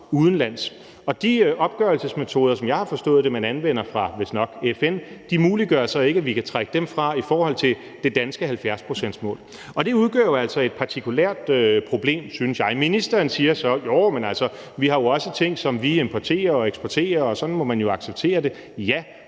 udenlands. Og de opgørelsesmetoder, som jeg har forstået man anvender i vistnok FN, muliggør så ikke, at vi kan trække dem fra i forhold til det danske 70-procentsmål. Det udgør jo altså et partikulært problem, synes jeg. Ministeren siger så: Jo, men altså, vi har også ting, som vi importerer og eksporterer, og sådan må man jo acceptere det. Ja,